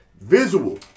visual